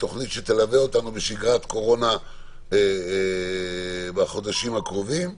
תוכנית שתלווה אותנו בשגרת קורונה בחודשים הקרובים,